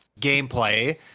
gameplay